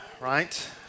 right